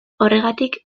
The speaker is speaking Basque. horregatik